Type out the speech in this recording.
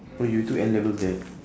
oh you took N-levels there